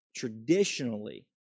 Traditionally